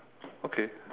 okay